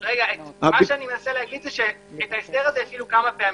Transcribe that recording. אני מנסה להגיד הוא שאת ההסדר הזה הפעילו כמה פעמים.